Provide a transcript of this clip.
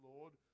Lord